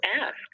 ask